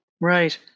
Right